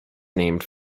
named